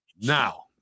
Now